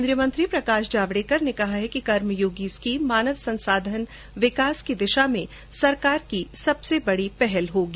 केन्द्रीय मंत्री प्रकश जावडेकर ने कहा कि कर्मयोगी स्कीम मानव संसाधन विकास की दिशाा में सरकार की सबसे बड़ी पहल होगी